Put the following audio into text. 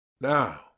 Now